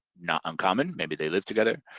not uncommon, maybe they live together.